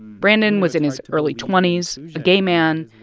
brandon was in his early twenty s, a gay man.